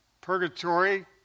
Purgatory